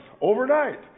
overnight